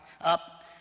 up